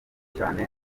cyane